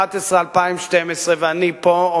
בעיית המים, בעיית